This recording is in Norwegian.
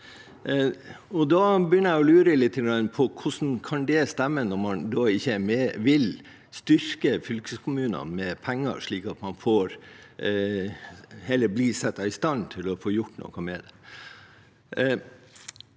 Da begynner jeg å lure lite grann på hvordan det kan stemme, når man ikke vil styrke fylkeskommunene med penger, slik at de blir satt i stand til å få gjort noe med det.